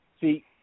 See